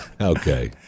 Okay